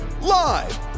Live